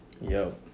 Yo